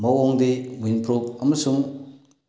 ꯃꯑꯣꯡꯗꯤ ꯋꯤꯟꯄ꯭ꯔꯨꯞ ꯑꯃꯁꯨꯡ